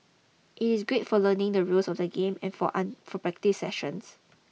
it is great for learning the rules of the game and for an for practice sessions